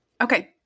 okay